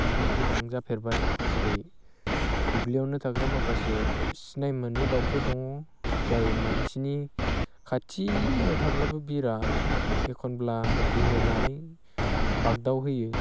बिदि गोबां जाफेरबाय जेरै दुब्लियावनो थाग्रा माखासे सिनायमोनि दाउफोर दङ जाय मानसिनि खाथियाव थाब्लाबो बिरा एखनब्ला बिरनानै बाग्दावहोयो